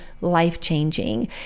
life-changing